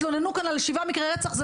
התלוננו כאן על שבעה מקרי רצח.